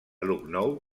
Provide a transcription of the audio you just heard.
lucknow